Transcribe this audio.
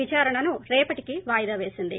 విదారణను రేపటికి వాయిదా పేసింది